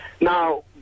Now